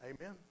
Amen